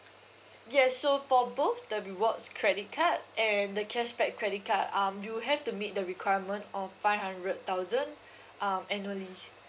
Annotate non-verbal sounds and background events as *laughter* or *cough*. yes so for both the rewards credit card and the cashback credit card um you have to meet the requirement of five hundred thousand *breath* um annually